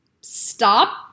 stop